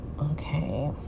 Okay